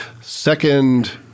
Second